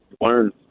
learn